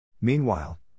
Meanwhile